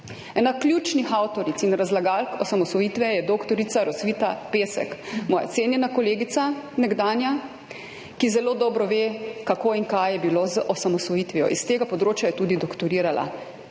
Ena ključnih avtoric in razlagalk osamosvojitve je dr. Rosvita Pesek, moja cenjena nekdanja kolegica, ki zelo dobro ve, kako in kaj je bilo z osamosvojitvijo. S tega področja je tudi doktorirala.